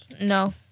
No